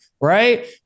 right